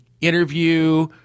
interview –